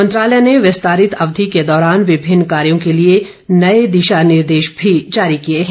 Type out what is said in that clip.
मंत्रालय ने विस्तारित अवधि के दौरान विभिन्न कार्यों के लिए नए दिशा निर्देश भी जारी किए हैं